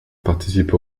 participent